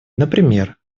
например